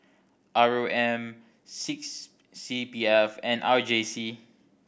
R O M six C P F and R J C